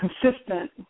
consistent